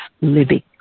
living